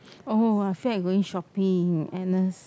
oh I feel like going shopping Agnes